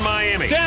Miami